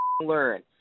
learn